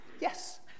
yes